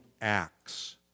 acts